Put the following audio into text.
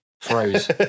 froze